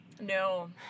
No